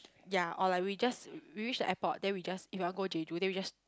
ya or like we just we we reach the airport then we just if we want go Jeju then we just